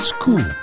School